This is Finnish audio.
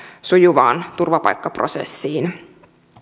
sujuvaan turvapaikkaprosessiin